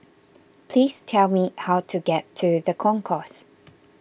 please tell me how to get to the Concourse